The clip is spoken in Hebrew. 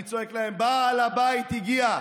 אני צועק להם: בעל הבית הגיע,